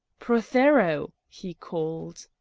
prothero! he called.